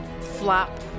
flop